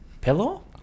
Pillow